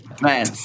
Man